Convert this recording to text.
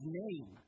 name